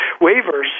waivers